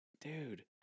dude